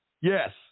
Yes